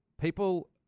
people